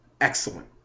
excellent